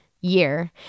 year